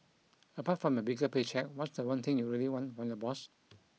apart from a bigger pay cheque what's the one thing you really want from your boss